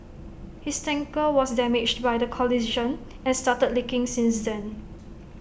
his tanker was damaged by the collision and started leaking since then